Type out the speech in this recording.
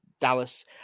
Dallas